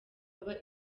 baba